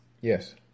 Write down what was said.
Yes